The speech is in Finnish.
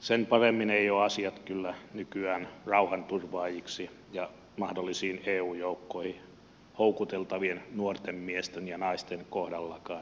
sen paremmin eivät kyllä ole asiat nykyään rauhanturvaajiksi ja mahdollisiin eu joukkoihin houkuteltavien nuorten miesten ja naisten kohdallakaan